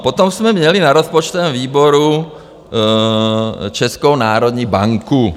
Potom jsme měli na rozpočtovém výboru Českou národní banku.